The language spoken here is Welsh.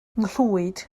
nghlwyd